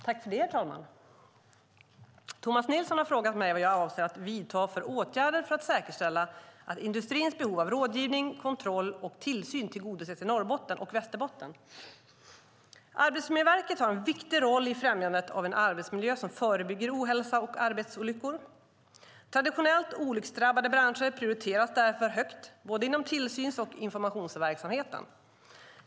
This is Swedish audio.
Herr talman! Tomas Nilsson har frågat mig vad jag avser att vidta för åtgärder för att säkerställa att industrins behov av rådgivning, kontroll och tillsyn tillgodoses i Norrbotten och Västerbotten. Arbetsmiljöverket har en viktig roll i främjandet av en arbetsmiljö som förebygger ohälsa och arbetsolyckor. Traditionellt olycksdrabbade branscher prioriteras därför högt, inom både tillsyns och informationsverksamheten.